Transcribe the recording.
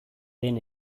den